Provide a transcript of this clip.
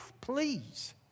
please